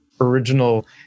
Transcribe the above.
original